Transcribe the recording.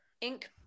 ink